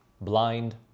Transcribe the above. blind